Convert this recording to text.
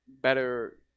better